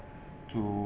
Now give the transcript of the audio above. to